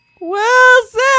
Wilson